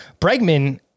Bregman